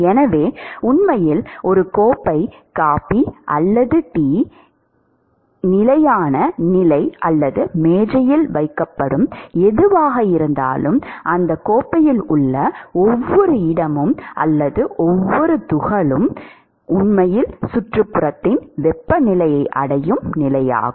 எனவே உண்மையில் ஒரு கோப்பை காபி அல்லது டீ யின் நிலையான நிலை அல்லது மேசையில் வைக்கப்படும் எதுவாக இருந்தாலும் அந்த கோப்பையில் உள்ள ஒவ்வொரு இடமும் அல்லது ஒவ்வொரு துகளும் உண்மையில் சுற்றுப்புறத்தின் வெப்பநிலையை அடையும் நிலையாகும்